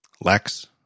Lex